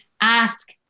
ask